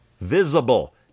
visible